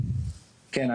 אדם: כן,